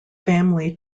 family